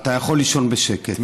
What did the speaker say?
אתה יכול לישון בשקט.